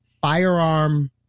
firearm